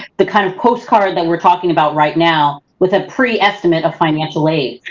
the kind of post card that we're talking about right now with a pre-estimate of financial aid.